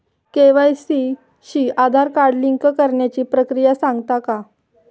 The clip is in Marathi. के.वाय.सी शी आधार कार्ड लिंक करण्याची प्रक्रिया सांगता का?